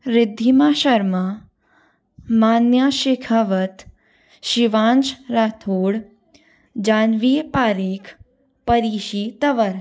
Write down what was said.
रिधिमा शर्मा मान्या शिखावत शिवांश राठौर जाह्नवी पारिख परीशी तवन